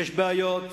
יש בעיות,